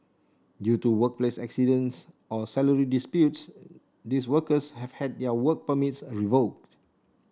due to workplace accidents or salary disputes these workers have had their work permits revoked